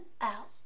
out